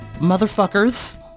motherfuckers